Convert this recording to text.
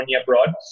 abroad